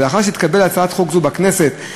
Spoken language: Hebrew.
ולאחר שתתקבל הצעת חוק זו בכנסת,